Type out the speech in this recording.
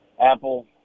Apple